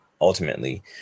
ultimately